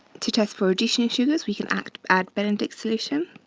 to test for additional sugars, we can add add benedict's solution.